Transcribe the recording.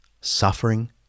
suffering